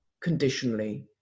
conditionally